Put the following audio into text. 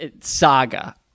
saga